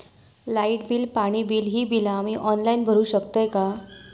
Light bill, पाणी bill, ही बिला आम्ही ऑनलाइन भरू शकतय का?